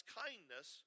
kindness